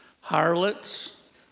harlots